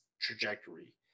trajectory